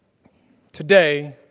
today,